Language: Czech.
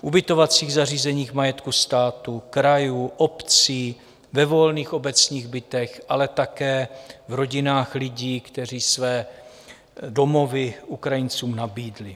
V ubytovacích zařízeních majetku státu, krajů, obcí, ve volných obecních bytech, ale také v rodinách lidí, kteří své domovy Ukrajincům nabídli.